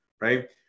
right